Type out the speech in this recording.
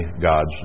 God's